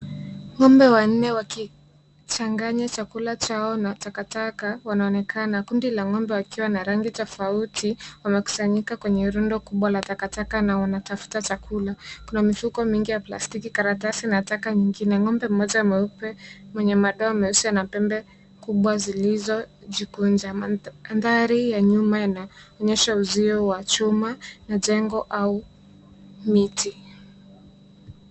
Ng'ombe wanne wakichanganya chakula chao na takataka wanaonekana. Kundi la ng'ombe wakiwa na rangi tofauti wamekusanyika kwenye rundo kubwa la takataka na wanatafuta chakula. Kuna mifuko mingi ya plastiki, karatasi na taka nyingine. Ng'ombe mmoja mweupe mwenye madoa meusi ana pembe kubwa zilizojikunja. Mandhari ya nyuma yanaonyesha uzio wa chuma, majengo au miti.